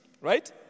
right